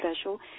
special